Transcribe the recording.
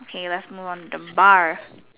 okay let's move on the bar